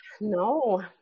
No